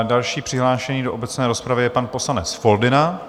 Další přihlášený do obecné rozpravy je pan poslanec Foldyna.